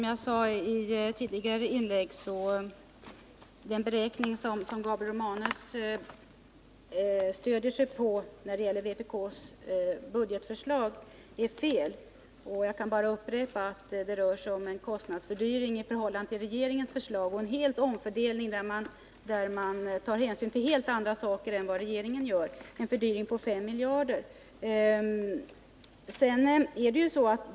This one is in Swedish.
Herr talman! Den beräkning som Gabriel Romanus stöder sig på när det gäller vpk:s budgetförslag är felaktig. Jag kan bara upprepa att det rör sig om en kostnadsfördyring i förhållande till regeringens förslag på 5 miljarder och en omfördelning där man tar hänsyn till helt andra saker än regeringen gör.